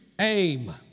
aim